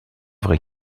vrai